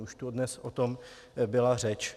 Už tu dnes o tom byla řeč.